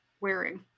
wearing